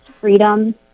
freedom